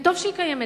וטוב שהיא קיימת.